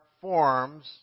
forms